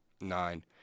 nine